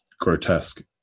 grotesque